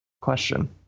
question